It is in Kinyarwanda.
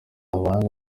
abanga